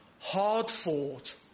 hard-fought